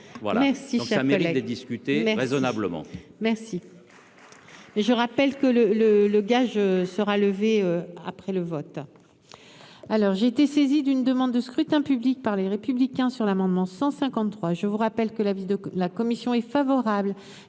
pense, chers collègues.